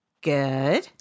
good